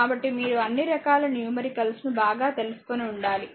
కాబట్టిమీరు అన్ని రకాల న్యూమెరికల్స్ ను బాగా తెలుసుకొని ఉండాలి